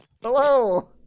Hello